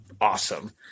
awesome